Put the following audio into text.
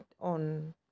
on